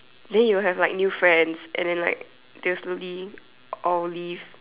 then you will have like new friends and then like they will slowly all leave